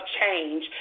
change